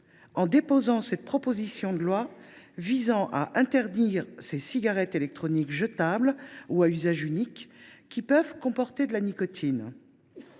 en déposant cette proposition de loi visant à interdire ces cigarettes électroniques jetables ou à usage unique, qui peuvent comporter de la nicotine.